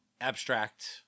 abstract